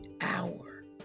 hour